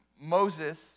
Moses